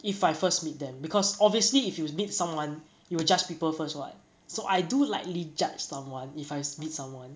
if I first meet them because obviously if you meet someone you will judge people first [what] so I do lightly judge someone if I meet someone l